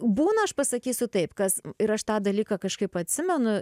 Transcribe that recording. būna aš pasakysiu taip kas ir aš tą dalyką kažkaip atsimenu